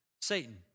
Satan